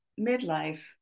midlife